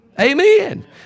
Amen